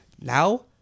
Now